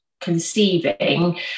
conceiving